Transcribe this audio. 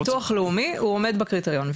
מבחנת ביטוח לאומי הוא עומד בקריטריון.